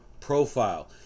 profile